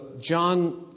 John